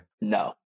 No